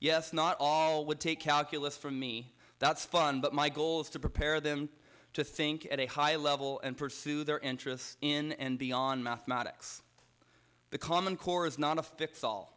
yes not all would take calculus from me that's fun but my goal is to prepare them to think at a high level and pursue their interests in and beyond mathematics the common core is not a fix all